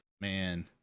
Man